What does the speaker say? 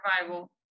Survival